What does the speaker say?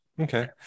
Okay